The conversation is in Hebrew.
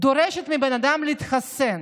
דורשת מבן אדם להתחסן,